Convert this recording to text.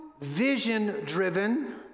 vision-driven